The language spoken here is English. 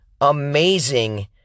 Amazing